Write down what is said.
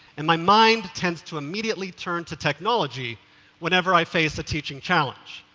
and my mind tends to immediately turn to technology whenever i face a teaching challenge.